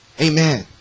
amen